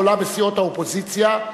הגדולה בסיעות האופוזיציה,